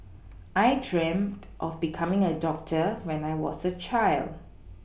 I dreamt of becoming a doctor when I was a child